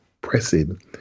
pressing